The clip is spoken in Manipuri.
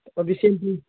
ꯑꯣ ꯕꯤꯁꯦꯝꯄꯨꯔ